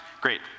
Great